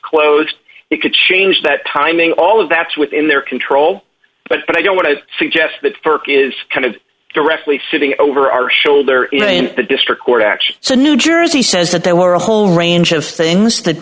closed it could change that timing all of that's within their control but i don't want to suggest that ferkin is kind of directly sitting over our shoulder in the district court action to new jersey says that there were a whole range of things that